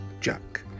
Jack